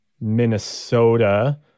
minnesota